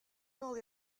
nôl